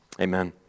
amen